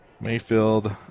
Mayfield